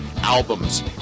albums